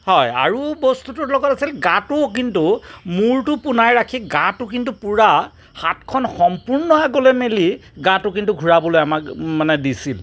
হয় আৰু বস্তুটোৰ লগত গাটোও কিন্তু মূৰটো পোনাই ৰাখি গাটো কিন্তু পূৰা হাতখন সম্পূৰ্ণ আগলৈ মেলি গাটো কিন্তু ঘূৰাবলৈ আমাক মানে দিছিল